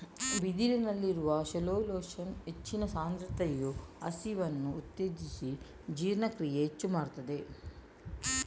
ಬಿದಿರಿನಲ್ಲಿರುವ ಸೆಲ್ಯುಲೋಸ್ನ ಹೆಚ್ಚಿನ ಸಾಂದ್ರತೆಯು ಹಸಿವನ್ನ ಉತ್ತೇಜಿಸಿ ಜೀರ್ಣಕ್ರಿಯೆ ಹೆಚ್ಚು ಮಾಡ್ತದೆ